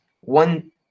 one